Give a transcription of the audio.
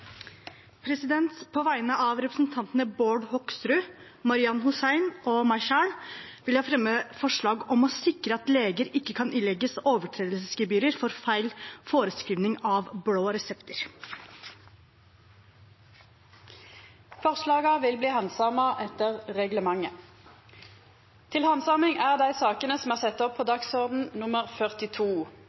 På vegne av representantene Bård Hoksrud, Marian Hussein og meg selv vil jeg fremme forslag om å sikre at leger ikke kan ilegges overtredelsesgebyrer for feil forskrivning av blå resepter. Forslaga vil bli handsama etter reglementet.